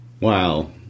Wow